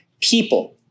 people